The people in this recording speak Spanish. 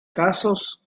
casos